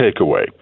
takeaway